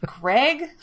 Greg